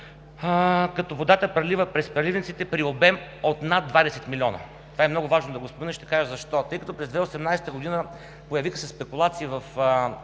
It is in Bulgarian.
като водата прелива през преливниците при обем от над 20 милиона. Това е много важно да го спомена и ще кажа защо. През 2018 г. се появиха спекулации сред